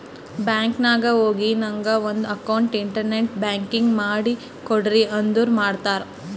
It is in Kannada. ಬ್ಯಾಂಕ್ ನಾಗ್ ಹೋಗಿ ನಂಗ್ ನಂದ ಅಕೌಂಟ್ಗ ಇಂಟರ್ನೆಟ್ ಬ್ಯಾಂಕಿಂಗ್ ಮಾಡ್ ಕೊಡ್ರಿ ಅಂದುರ್ ಮಾಡ್ತಾರ್